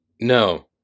No